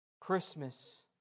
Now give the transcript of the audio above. Christmas